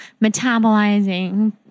metabolizing